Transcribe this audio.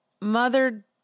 mother